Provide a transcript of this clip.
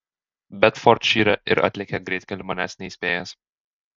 bedfordšyre ir atlėkė greitkeliu manęs neįspėjęs